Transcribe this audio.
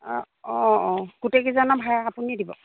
অঁ অঁ অঁ গোটেই কেইজনৰ ভাড়া আপুনিয়ে দিব